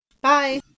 Bye